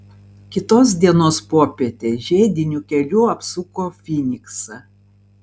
kitos dienos popietę žiediniu keliu apsuko fyniksą